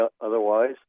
otherwise